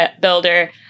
builder